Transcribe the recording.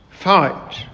fight